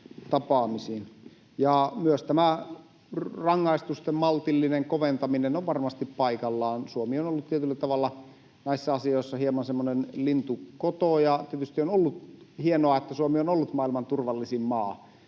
Myös tämä rangaistusten maltillinen koventaminen on varmasti paikallaan. Suomi on ollut tietyllä tavalla näissä asioissa hieman semmoinen lintukoto. Tietysti on ollut hienoa, että Suomi on ollut maailman turvallisin maa.